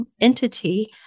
entity